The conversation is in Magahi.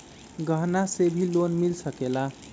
गहना से भी लोने मिल सकेला?